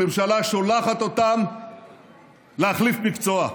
הממשלה שולחת אותם להחליף מקצוע.